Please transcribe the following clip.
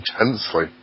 intensely